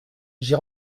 j’ai